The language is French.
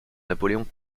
napoléon